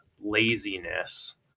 laziness